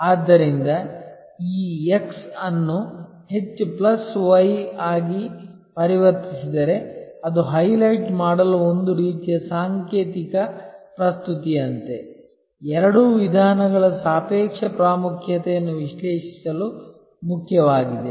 ಆದ್ದರಿಂದ ಈ x ಅನ್ನು ಹೆಚ್ಚು ಪ್ಲಸ್ ವೈ ಆಗಿ ಪರಿವರ್ತಿಸಿದರೆ ಅದು ಹೈಲೈಟ್ ಮಾಡಲು ಒಂದು ರೀತಿಯ ಸಾಂಕೇತಿಕ ಪ್ರಸ್ತುತಿಯಂತೆ ಎರಡೂ ವಿಧಾನಗಳ ಸಾಪೇಕ್ಷ ಪ್ರಾಮುಖ್ಯತೆಯನ್ನು ವಿಶ್ಲೇಷಿಸಲು ಮುಖ್ಯವಾಗಿದೆ